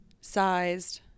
Sized